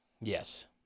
Yes